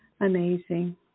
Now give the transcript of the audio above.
amazing